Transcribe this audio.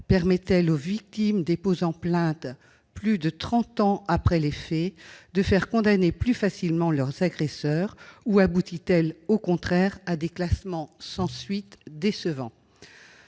Permet-elle aux victimes déposant plainte plus de trente ans après les faits de faire condamner plus facilement leur agresseur ou aboutit-elle au contraire à des classements sans suite décevants ?